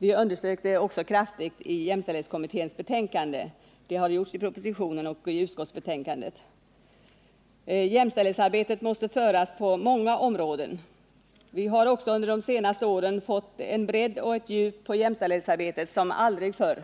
Vi underströk det också kraftigt i jämställdhetskommitténs betänkande, och det har man gjort i propositionen och i utskottsbetänkandet. Jämställdhetsarbetet måste föras på många områden. Vi har också under de senaste åren fått en bredd och ett djup på jämställdhetsarbetet som aldrig förr.